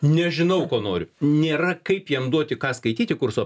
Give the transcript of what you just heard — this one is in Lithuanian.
nežinau ko noriu nėra kaip jam duoti ką skaityti kurso